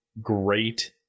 great